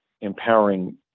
empowering